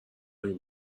این